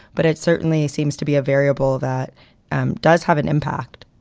but it certainly seems to be a variable that does have an impact